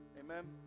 Amen